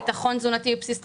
ביטחון תזונתי בבסיס התקציב,